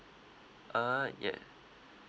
err yeah